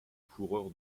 coureur